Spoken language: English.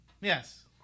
Yes